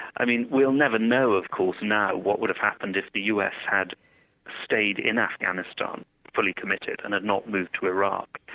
i mean we'll never know, of course now what would have happened if the us had stayed in afghanistan fully committed, and had not moved to iraq.